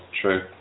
true